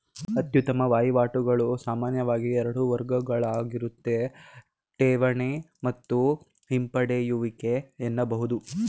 ಅತ್ಯುತ್ತಮ ವಹಿವಾಟುಗಳು ಸಾಮಾನ್ಯವಾಗಿ ಎರಡು ವರ್ಗಗಳುಆಗಿರುತ್ತೆ ಠೇವಣಿ ಮತ್ತು ಹಿಂಪಡೆಯುವಿಕೆ ಎನ್ನಬಹುದು